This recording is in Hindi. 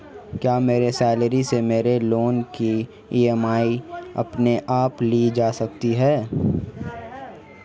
क्या मेरी सैलरी से मेरे लोंन की ई.एम.आई अपने आप ली जा सकती है?